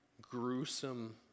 gruesome